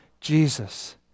Jesus